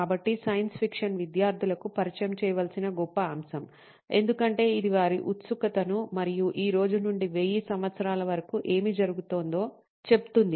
కాబట్టి science fiction విద్యార్థులకు పరిచయం చేయవలసిన గొప్ప అంశం ఎందుకంటే ఇది వారి ఉత్సుకతను మరియు ఈ రోజు నుండి 1000 సంవత్సరాల వరకు ఏమి జరగబోతోందో చెప్తుంది